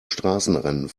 straßenrennen